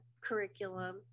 curriculum